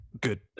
Good